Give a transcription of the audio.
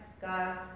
God